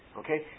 okay